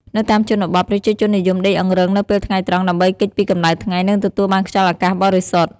នៅតាមជនបទ ប្រជាជននិយមដេកអង្រឹងនៅពេលថ្ងៃត្រង់ ដើម្បីគេចពីកម្ដៅថ្ងៃ និងទទួលបានខ្យល់អាកាសបរិសុទ្ធ។